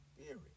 spirit